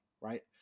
right